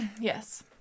Yes